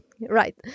right